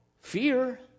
fear